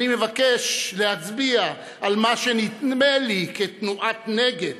אני מבקש להצביע על מה שנדמה לי כתנועת הנגד